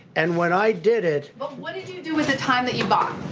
and when i did it. but what did you do with the time that you bought?